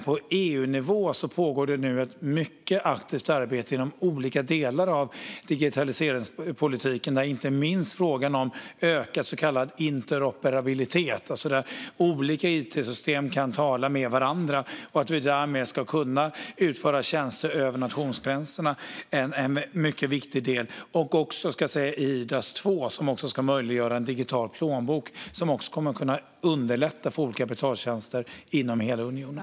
På EU-nivå pågår ett mycket aktivt arbete inom olika delar av digitaliseringspolitiken, inte minst när det gäller frågan om ökad så kallad interoperabilitet, alltså att olika it-system kan tala med varandra och därmed utföra tjänster över nationsgränserna. Detta är en mycket viktig del, liksom e-IDAS II, som ska möjliggöra en digital plånbok som kommer att underlätta för olika betaltjänster inom hela unionen.